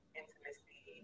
intimacy